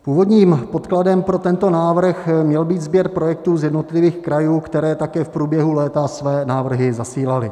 Původním podkladem pro tento návrh měl být sběr projektů z jednotlivých krajů, které také v průběhu léta své návrhy zasílaly.